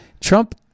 Trump